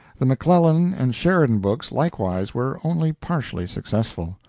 the mcclellan and sheridan books, likewise, were only partially successful.